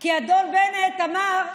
כי אדון בנט אמר: